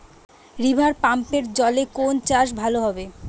রিভারপাম্পের জলে কোন চাষ ভালো হবে?